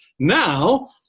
Now